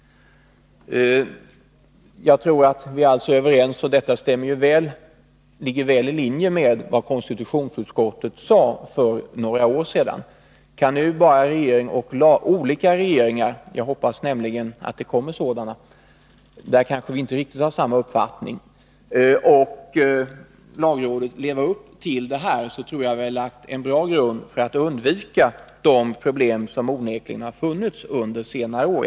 Jag tror alltså att vi är överens. En sådan här ordning ligger väl i linje med vad konstitutionsutskottet uttalade för några år sedan. Kan nu bara olika regeringar — jag hoppas nämligen att det kommer sådana —, som kanske inte riktigt har samma uppfattning, och lagrådet leva upp till dessa regler, tror jag att det är en bra grund för att undvika de problem som onekligen har funnits under senare år.